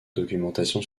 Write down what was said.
documentation